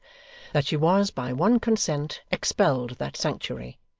that she was by one consent expelled that sanctuary,